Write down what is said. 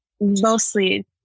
mostly